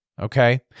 Okay